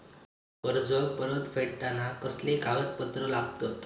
कर्ज परत फेडताना कसले कागदपत्र लागतत?